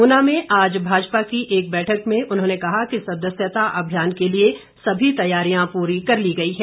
ऊना में आज भाजपा की एक बैठक में उन्होंने कहा कि सदस्यता अभियान के लिए सभी तैयारियां पूरी कर ली गई हैं